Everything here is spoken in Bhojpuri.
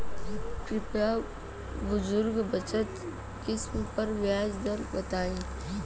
कृपया बुजुर्ग बचत स्किम पर ब्याज दर बताई